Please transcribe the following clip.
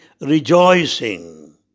rejoicing